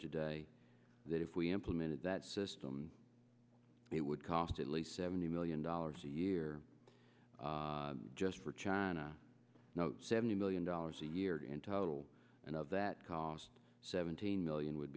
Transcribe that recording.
today that if we implemented that system it would cost at least seventy million dollars a year just for china seventy million dollars a year in total and of that cost seventeen million would